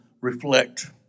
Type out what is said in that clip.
reflect